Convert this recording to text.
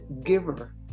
giver